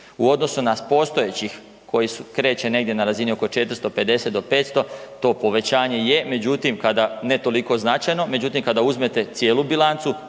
U odnosu na postojećih koji se kreće negdje na razini oko 450 do 500, to povećanje je, međutim, kada ne toliko značajno, međutim kada uzmete cijelu bilancu